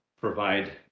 Provide